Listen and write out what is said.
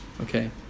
Okay